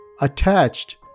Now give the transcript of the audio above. attached